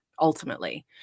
ultimately